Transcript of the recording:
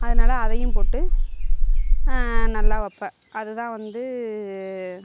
அதனால் அதையும் போட்டு நல்லா வைப்பேன் அதுதான் வந்து